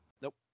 nope